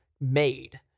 made